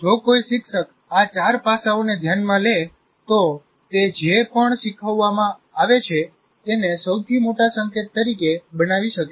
જો કોઈ શિક્ષક આ ચાર પાસાઓને ધ્યાનમાં લે તો તે જે પણ શીખવવામાં આવે છે તેને સૌથી મોટા સંકેત તરીકે બનાવી શકે છે